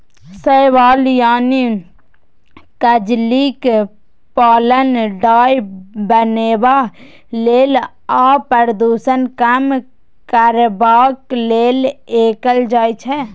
शैबाल यानी कजलीक पालन डाय बनेबा लेल आ प्रदुषण कम करबाक लेल कएल जाइ छै